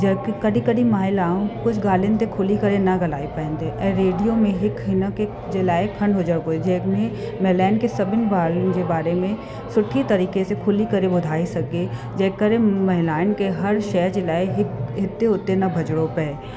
जे कॾहिं कॾहिं महिलाऊं कुझु ॻाल्हियुनि ते खुली करे न ॻाल्हाए पाइनि थी ऐं रेडियो में हिकु हिनखे जे लाइ खंडु हुजणु घुरिजे जंहिंमें महिलाउनि खे सभिनि ॻाल्हियुनि जे बारे में सुठी तरीक़े से खुली करे ॿुधाए सघे जंहिं करे महिलाउनि खे हर शइ जे लाइ हिकु हिते हुते न भॼणो पए